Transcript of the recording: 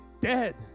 dead